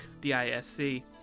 D-I-S-C